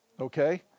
okay